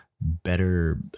better